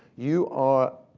you are,